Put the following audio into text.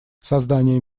создание